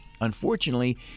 Unfortunately